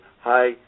Hi